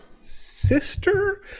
sister